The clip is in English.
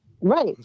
Right